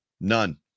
none